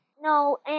No